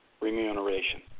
remuneration